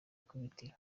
ikubitiro